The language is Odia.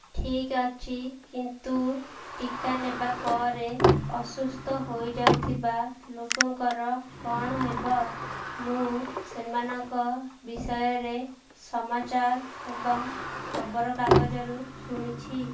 ଠିକ୍ ଅଛି କିନ୍ତୁ ଟୀକା ନେବା ପରେ ଅସୁସ୍ଥ ହୋଇଯାଉଥିବା ଲୋକଙ୍କର କ'ଣ ହେବ ମୁଁ ସେମାନଙ୍କ ବିଷୟରେ ସମାଚାର ଏବଂ ଖବରକାଗଜରୁ ଶୁଣିଛି